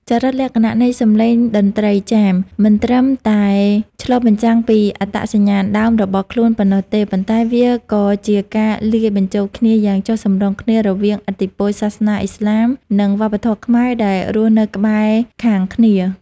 ចរិតលក្ខណៈនៃសម្លេងតន្ត្រីចាម មិនត្រឹមតែឆ្លុះបញ្ចាំងពីអត្តសញ្ញាណដើមរបស់ខ្លួនប៉ុណ្ណោះទេ ប៉ុន្តែវាក៏ជាការលាយបញ្ចូលគ្នាយ៉ាងចុះសម្រុងគ្នារវាងឥទ្ធិពលសាសនាឥស្លាម និងវប្បធម៌ខ្មែរដែលរស់នៅក្បែរខាងគ្នា។